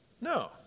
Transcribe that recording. No